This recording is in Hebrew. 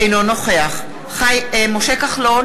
אינו נוכח משה כחלון,